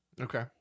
Okay